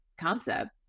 concept